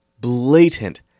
blatant